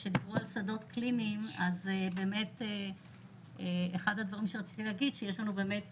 כשדיברו על שדות קליניים אז אחד הדברים שרציתי להגיד הוא שיש לנו באמת